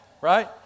right